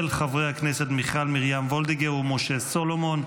של חברי הכנסת מיכל מרים וולדיגר ומשה סולומון.